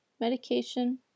medication